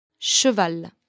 Cheval